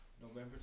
November